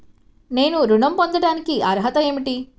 నేను ఋణం పొందటానికి అర్హత ఏమిటి?